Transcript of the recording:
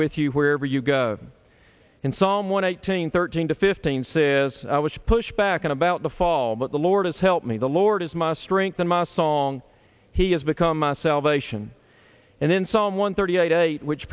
with you wherever you go in someone eighteen thirteen to fifteen says i was pushed back in about the fall but the lord has helped me the lord is my strength and my song he has become my salvation and then someone thirty eight which